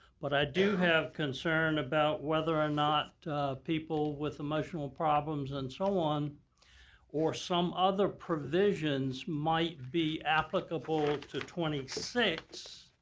but i do have concerns about whether or not people with emotional problems and so on or some other provisions might be applicable to twenty six